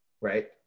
Right